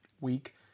week